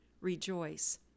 rejoice